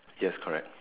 yes correct